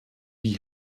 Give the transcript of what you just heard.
wie